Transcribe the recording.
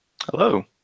Hello